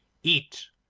eat,